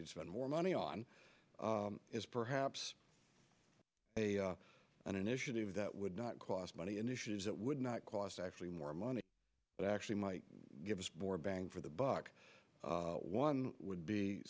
to spend more money on is perhaps an initiative that would not cost money initiatives that would not cost actually more money but actually might give us more bang for the buck one would be